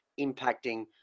impacting